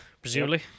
presumably